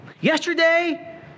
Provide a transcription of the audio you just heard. Yesterday